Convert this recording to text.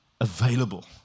available